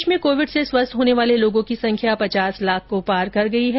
देश में कोविड से स्वस्थ होने वाले लोगों की संख्या पचास लाख को पार कर गई है